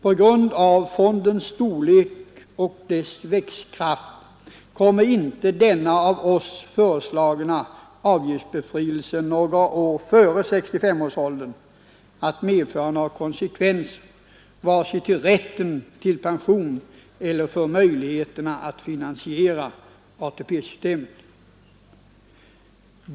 På grund av fondens storlek och dess växtkraft kommer inte denna av oss föreslagna avgiftsbefrielse ett par år före 65-årsåldern att medföra några konsekvenser vare sig för rätten till pension eller för möjligheterna att finansiera ATP-systemet.